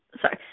sorry